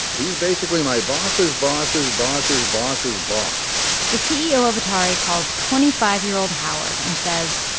he's basically my boss's boss's boss's boss's boss the ceo of atari calls twenty five year old howard and says,